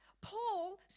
Paul